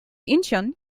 incheon